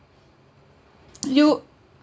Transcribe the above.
you